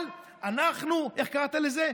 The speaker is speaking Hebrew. אבל אנחנו, איך קראת לזה?